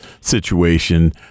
situation